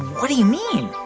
what do you mean?